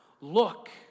look